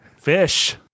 fish